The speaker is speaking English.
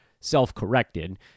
self-corrected